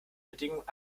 bedingungen